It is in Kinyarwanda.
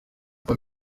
paul